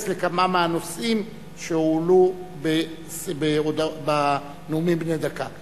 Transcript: לכמה מהנושאים שהועלו בנאומים בני דקה.